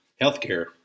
healthcare